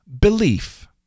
belief